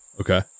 Okay